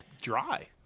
dry